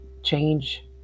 change